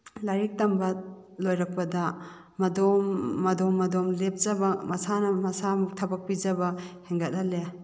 ꯂꯥꯏꯔꯤꯛ ꯇꯝꯕ ꯂꯣꯏꯔꯛꯄꯗ ꯃꯗꯣꯝ ꯃꯗꯣꯝ ꯃꯗꯣꯝ ꯂꯦꯞꯆꯕ ꯃꯁꯥꯅ ꯃꯁꯥ ꯊꯕꯛ ꯄꯤꯖꯕ ꯍꯦꯟꯒꯠꯍꯜꯂꯦ